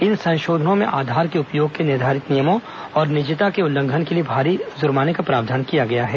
इन संशोधनों में आधार के उपयोग के निर्धारित नियमों और निजता के उल्लंघन के लिए भारी जुर्माने का प्रावधान किया गया है